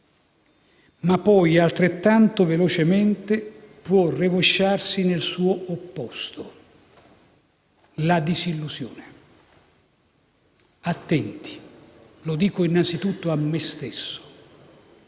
ma poi, altrettanto velocemente, può rovesciarsi nel suo opposto, la disillusione. Attenti, e lo dico innanzitutto a me stesso: